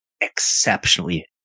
exceptionally